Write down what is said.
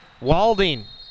Walding